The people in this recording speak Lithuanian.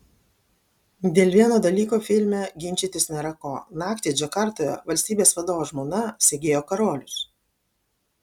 dėl vieno dalyko filme ginčytis nėra ko naktį džakartoje valstybės vadovo žmona segėjo karolius